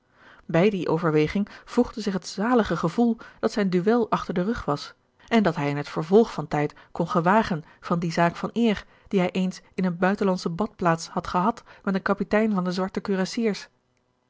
bij die overweging voegde zich het zalige gevoel dat zijn duel achter den rug was en dat hij in het vervolg van tijd kon gewagen van die zaak van eer die hij eens in eene buitenlandsche badplaats had gehad met een kapitein van de zwarte